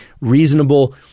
reasonable